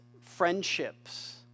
friendships